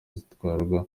zitwara